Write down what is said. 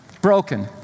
Broken